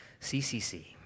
CCC